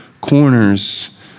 corners